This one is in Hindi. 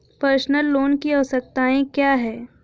पर्सनल लोन की आवश्यकताएं क्या हैं?